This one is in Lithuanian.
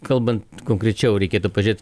kalbant konkrečiau reikėtų pažiūrėt